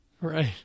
right